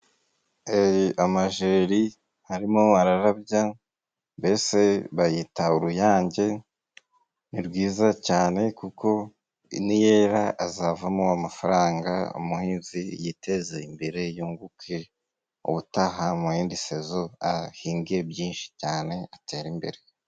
Ee! Amajeri arimo ararabya mbese bayita uruyange, ni rwiza cyane kuko niyera azavamo amafaranga, umuhinzi yiteze imbere yunguke. Ubutaha mu yindi sezo ahinge byinshi cyane atere imbere.